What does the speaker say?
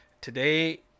Today